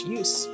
use